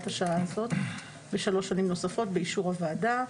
השעה הזאת לשלוש שנים נוספות באישור הוועדה.